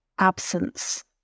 absence